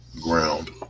ground